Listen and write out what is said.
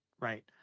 right